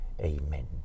Amen